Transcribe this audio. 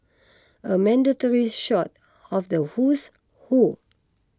a mandatory shot of the who's who